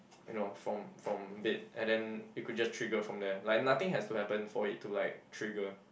you know from from bed and then it could just trigger from there like nothing has to happen for it to like trigger